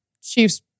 Chiefs